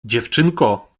dziewczynko